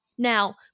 Now